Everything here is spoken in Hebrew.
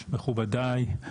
מכובדיי,